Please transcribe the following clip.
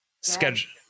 schedule